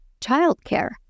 childcare